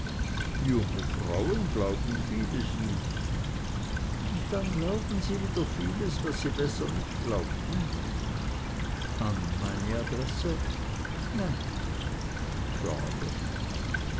junge frauen glauben vieles nicht und dann glauben sie wieder vieles was sie besser nicht glaubten an meine adresse nein schade